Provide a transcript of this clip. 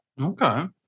Okay